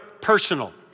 personal